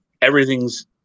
everything's